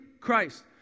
Christ